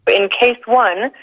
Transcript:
in case one,